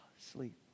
sleep